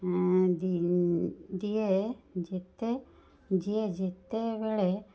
ଦିଏ ଯେତେ ଜିଏ ଯେତେବେଳେ